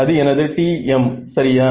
அது எனது TM சரியா